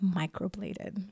microbladed